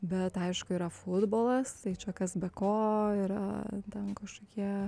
bet aišku yra futbolas tai čia kas be ko yra ten kažkokie